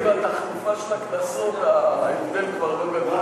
בתחלופה של הכנסות, ההבדל כבר לא גדול.